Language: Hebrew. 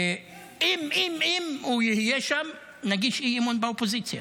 ואם, אם הוא יהיה שם, נגיש אי-אמון באופוזיציה.